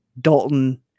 Dalton